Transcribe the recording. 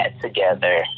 together